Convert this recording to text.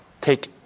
take